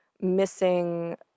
missing